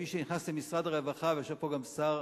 מי שנכנס למשרד הרווחה, ויושב פה גם שר